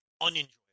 unenjoyable